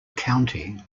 county